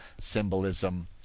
symbolism